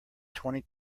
twenty